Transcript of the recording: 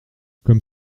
comme